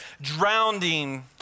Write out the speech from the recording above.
drowning